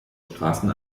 straßen